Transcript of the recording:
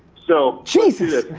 so. jesus.